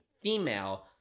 female